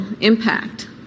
impact